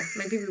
maybe